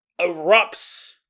erupts